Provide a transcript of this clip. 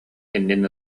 иннин